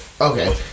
Okay